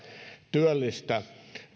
työllistä